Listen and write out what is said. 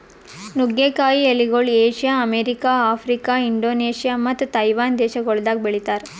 ನುಗ್ಗೆ ಕಾಯಿ ಎಲಿಗೊಳ್ ಏಷ್ಯಾ, ಅಮೆರಿಕ, ಆಫ್ರಿಕಾ, ಇಂಡೋನೇಷ್ಯಾ ಮತ್ತ ತೈವಾನ್ ದೇಶಗೊಳ್ದಾಗ್ ಬೆಳಿತಾರ್